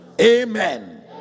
Amen